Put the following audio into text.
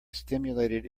stimulated